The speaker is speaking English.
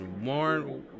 more